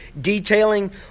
detailing